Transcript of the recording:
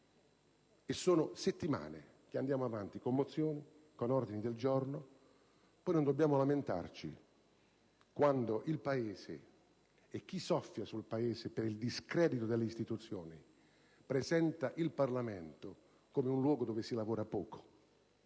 Sono settimane che si va avanti con mozioni ed ordini del giorno. Poi non ci si deve lamentare quando il Paese e chi soffia sul Paese per il discredito delle istituzioni presenta il Parlamento come un luogo in cui si lavora poco,